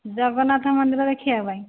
ଜଗନ୍ନାଥ ମନ୍ଦିର ଦେଖିବା ପାଇଁ